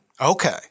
Okay